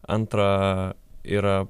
antra yra